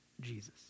Jesus